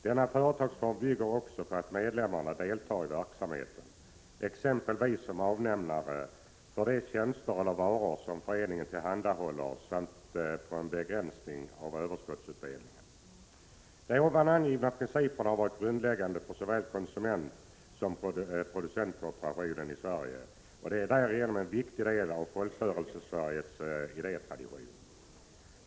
Denna företagsform bygger också på att medlemmarna deltar i verksamheten, exempelvis som avnämare för de tjänster eller varor som föreningen tillhandahåller, samt på en begränsning av överskottsutdelningen. De angivna principerna har varit grundläggande för såväl konsumentsom producentkooperationen i Sverige, och de är därigenom en viktig del av Folkrörelsesveriges idétradition.